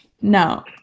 No